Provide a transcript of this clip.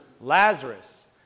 Lazarus